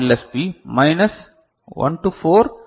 B minus 1 4 L